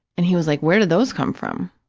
and he was like, where did those come from?